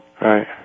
right